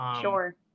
Sure